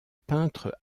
peintre